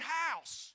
house